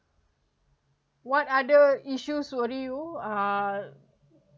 what other issues worry you uh